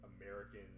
American